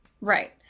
right